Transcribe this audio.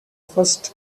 first